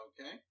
Okay